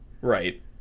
Right